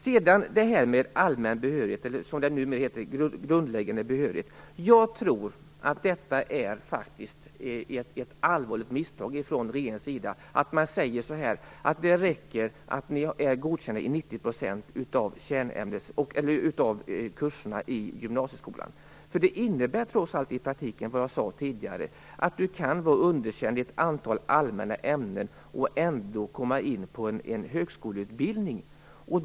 Sedan till det här med allmän behörighet, eller grundläggande behörighet som det numera heter. Jag tror faktiskt att det är ett allvarligt misstag från regeringens sida att säga att det räcker med att vara godkänd i 90 % av kurserna i gymnasieskolan. Det innebär trots allt, som jag sade tidigare, i praktiken att man kan vara underkänd i ett antal allmänna ämnen och ändå komma in på en högskoleutbildning.